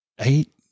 eight